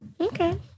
Okay